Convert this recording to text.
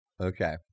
Okay